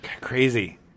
Crazy